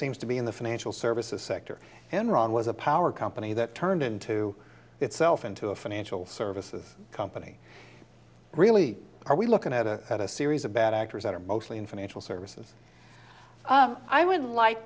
seems to be in the financial services sector enron was a power company that turned into itself into a financial services company really are we looking at a series of bad actors that are mostly in financial service and i would like